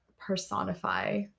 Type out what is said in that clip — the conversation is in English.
personify